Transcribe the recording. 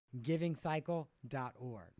givingcycle.org